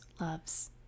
loves